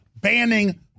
banning